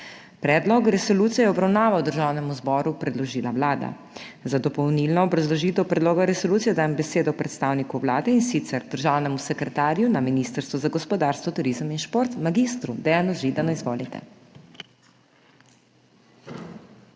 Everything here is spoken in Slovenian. Predlog zakona je v obravnavo Državnemu zboru predložila Vlada. Za dopolnilno obrazložitev predloga zakona dajem besedo predstavniku Vlade, in sicer ponovno državnemu sekretarju na Ministrstvu za gospodarstvo, turizem in šport mag. Dejanu Židanu. Izvolite.